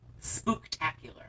spooktacular